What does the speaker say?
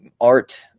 art